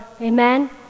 Amen